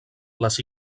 les